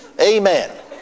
Amen